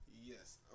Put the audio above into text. Yes